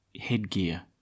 headgear